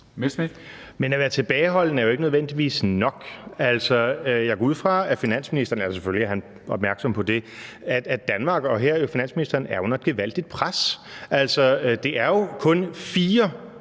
Men at være tilbageholden er jo ikke nødvendigvis nok. Altså, jeg går ud fra, at finansministeren selvfølgelig er opmærksom på, at Danmark og herunder jo finansministeren er under et gevaldigt pres. Det er jo kun 4